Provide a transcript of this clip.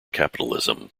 capitalism